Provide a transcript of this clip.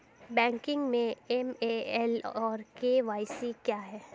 Banking में AML और KYC क्या हैं?